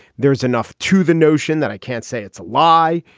there is enough to the notion that i can't say it's a lie.